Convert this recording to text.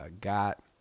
got